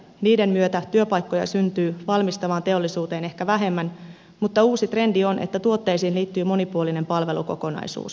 niiden myötä työpaikkoja syntyy valmistavaan teollisuuteen ehkä vähemmän mutta uusi trendi on että tuotteisiin liittyy monipuolinen palvelukokonaisuus